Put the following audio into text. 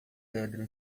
pedra